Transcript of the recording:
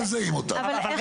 לא מזהים אותם.